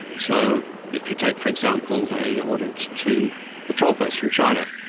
so if you take, for example, they ordered two patrol boats from china,